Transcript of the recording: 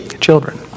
children